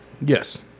Yes